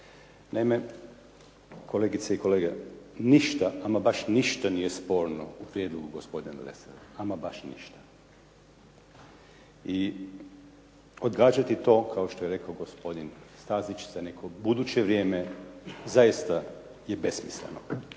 Naime, kolegice i kolege ništa, ama baš ništa nije sporno u prijedlogu gospodina Lesara, ama baš ništa. I odgađati to kao što je rekao gospodin Stazić za neko buduće vrijeme zaista je besmisleno.